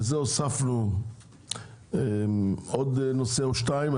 לזה הוספנו עוד נושא או שניים.